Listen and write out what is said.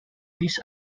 these